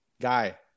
guy